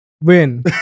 win